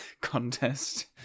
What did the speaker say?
contest